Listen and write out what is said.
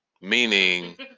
meaning